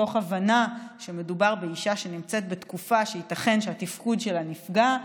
מתוך הבנה שמדובר באישה שנמצאת בתקופה שייתכן שהתפקוד שלה נפגע,